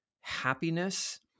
happiness